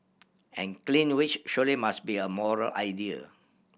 and clean wage surely must be a moral idea